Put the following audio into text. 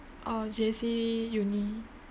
or JC uni